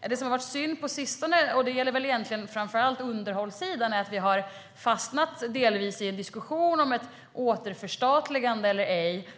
här. Det som har varit synd på sistone, framför allt när det gäller underhållssidan, är att vi delvis har fastnat i en diskussion om ett återförstatligande eller ej.